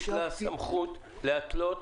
יש לה סמכות להתלות